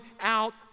out